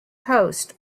post